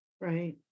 Right